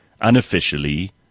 unofficially